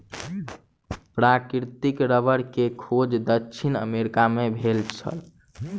प्राकृतिक रबड़ के खोज दक्षिण अमेरिका मे भेल छल